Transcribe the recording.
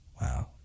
Wow